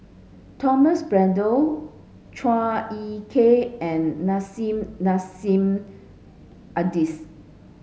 Thomas Braddell Chua Ek Kay and Nissim Nassim Adis